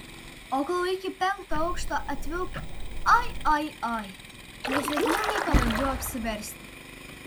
o kol iki penkto aukšto atvilko oi oi oi nesėkmingai pabandžiau apsiversti